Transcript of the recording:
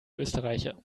österreicher